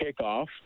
kickoff